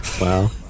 wow